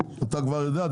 אתה כבר יודע?